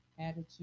attitude